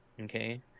Okay